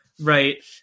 right